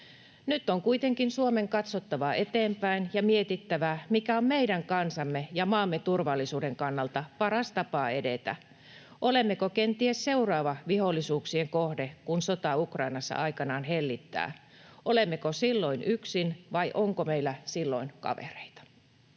Nyt on kuitenkin Suomen katsottava eteenpäin ja mietittävä, mikä on meidän kansamme ja maamme turvallisuuden kannalta paras tapa edetä. Olemmeko kenties seuraava vihollisuuksien kohde, kun sota Ukrainassa aikanaan hellittää? Olemmeko silloin yksin, vai onko meillä silloin kavereita?